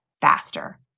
faster